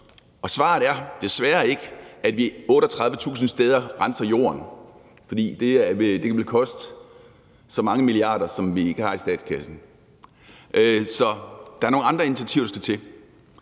Svaret er desværre ikke, at vi renser jorden 38.000 steder, for det ville koste mange milliarder, som vi ikke har i statskassen. Så det er nogle andre initiativer, der skal til.